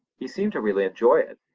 he seemed to really enjoy it,